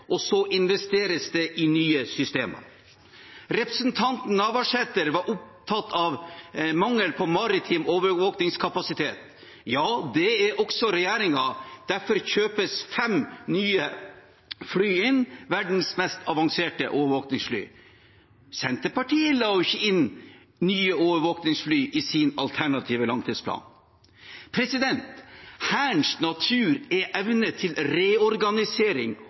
og så investeres det i nye systemer. Representanten Navarsete var opptatt av mangel på maritim overvåkingskapasitet. Ja, det er også regjeringen. Derfor kjøpes det inn fem nye fly, verdens mest avanserte overvåkingsfly. Senterpartiet la ikke inn nye overvåkingsfly i sin alternative langtidsplan. Hærens natur er evne til reorganisering